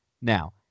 Now